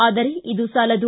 ಆದರೆ ಇದು ಸಾಲದು